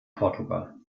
portugal